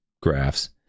graphs